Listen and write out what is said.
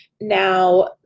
Now